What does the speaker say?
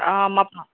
ఆ మా పా